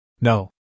No